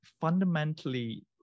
fundamentally